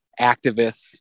activists